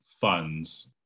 funds